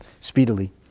speedily